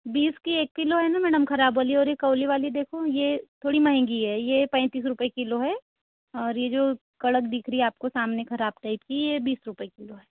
बीस की एक किलो है ना मैडम खराब वाली और ये कौली वाली देखो ये थोड़ी महँगी है ये पैंतीस रुपए किलो है और ये जो कड़क दिख रही है आप को सामने खराब टाइप की ये बीस रुपए किलो है